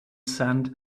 sand